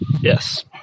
Yes